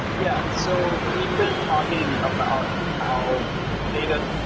yeah. so we've been talking about how data,